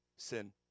Sin